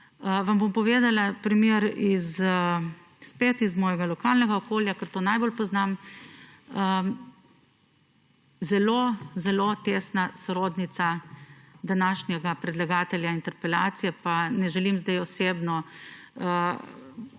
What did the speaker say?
vam bom povedala primer iz svojega lokalnega okolja, ker to najbolj poznam. Zelo tesna sorodnica današnjega predlagatelja interpelacije, pa ne želim zdaj osebno, kolega